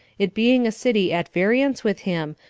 it being a city at variance with him,